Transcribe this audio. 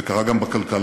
זה קרה גם בכלכלה,